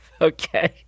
Okay